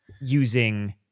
using